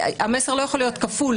המסר לא יכול להיות כפול,